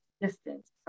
Distance